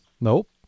Nope